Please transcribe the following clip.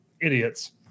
idiots